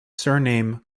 surname